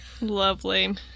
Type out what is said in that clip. Lovely